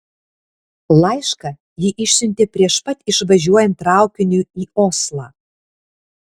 laišką ji išsiuntė prieš pat išvažiuojant traukiniui į oslą